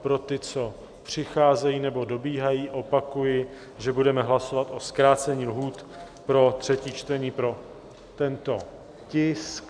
Pro ty, co přicházejí nebo dobíhají, opakuji, že budeme hlasovat o zkrácení lhůt pro třetí čtení pro tento tisk.